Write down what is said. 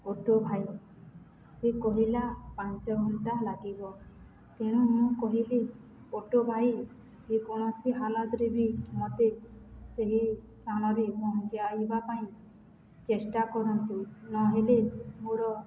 auto ଭାଇ ସେ କହିଲା ପାଞ୍ଚ ଘଣ୍ଟା ଲାଗିବ ତେଣୁ ମୁଁ କହିଲି ଅଟୋ ଭାଇ ଯେକୌଣସି ହାଲତରେ ବି ମୋତେ ସେହି ସ୍ଥାନରେ ପହଞ୍ଚେଇବା ପାଇଁ ଚେଷ୍ଟା କରନ୍ତୁ ନହେଲେ ମୋର